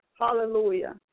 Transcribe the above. Hallelujah